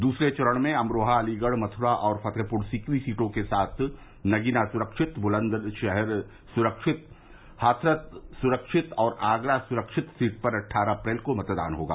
दूसरे चरण में अमरोहा अलीगढ़ मथुरा और फतेहपुर सीकरी सीटों के साथ नगीना सुरक्षित बुलन्दशहर सुरक्षित हाथरस सुरक्षित और आगरा सुरक्षित सीट पर अठ्ठारह अप्रैल को मतदान होगा